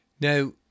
Now